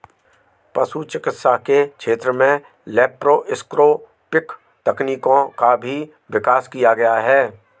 पशु चिकित्सा के क्षेत्र में लैप्रोस्कोपिक तकनीकों का भी विकास किया गया है